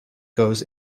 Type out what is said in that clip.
goes